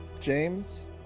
James